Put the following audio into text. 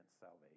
salvation